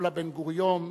פולה בן-גוריון,